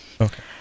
Okay